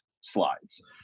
slides